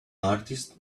artist